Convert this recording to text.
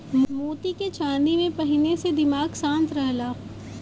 मोती के चांदी में पहिनले से दिमाग शांत रहला